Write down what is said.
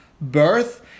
birth